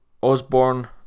Osborne